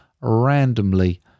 randomly